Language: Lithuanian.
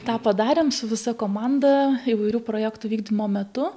tą padarėm su visa komanda įvairių projektų vykdymo metu